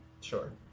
Sure